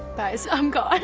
guys, i'm gone.